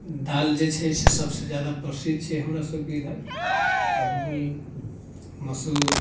दालि जे छै से सबसँ ज्यादा प्रसिद्ध छै हमरासबके इधर तऽ मूँग मसूर